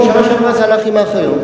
בשנה שעברה זה הלך עם האחיות.